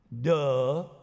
Duh